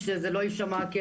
כן,